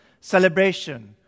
celebration